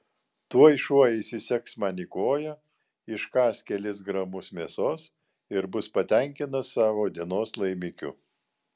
tuoj šuo įsisegs man į koją iškąs kelis gramus mėsos ir bus patenkintas savo dienos laimikiu